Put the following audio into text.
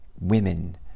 women